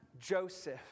Joseph